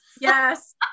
Yes